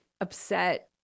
upset